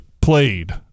played